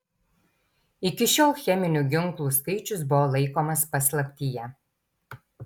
iki šiol cheminių ginklų skaičius buvo laikomas paslaptyje